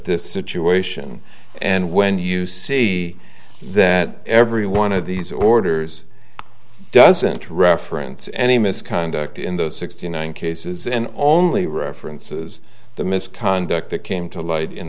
this situation and when you see that every one of these orders doesn't reference any misconduct in the sixty nine cases and only references the misconduct that came to light in